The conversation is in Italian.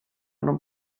non